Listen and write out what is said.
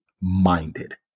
minded